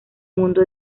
mundo